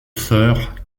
sœur